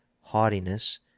haughtiness